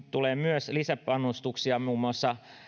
tulee myös lisäpanostuksia muun muassa